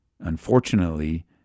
unfortunately